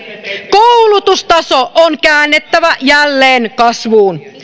koulutustaso on käännettävä jälleen kasvuun